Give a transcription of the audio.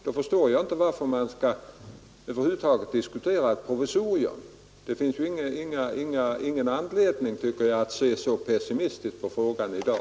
Då förstår jag inte varför man över huvud taget skall diskutera ett provisorium. Det finns ju ingen anledning att se så pessimistiskt på frågan i dag.